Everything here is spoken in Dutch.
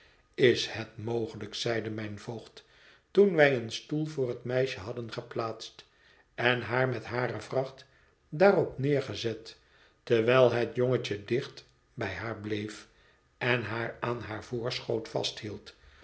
is het mogelijk zeide mijn voogd toen wij een stoel voor het meisje hadden geplaatst en haar met hare vracht daarop neergezet terwijl het jongetje dicht bij haar bleef en haar aan haar voorschoot vasthield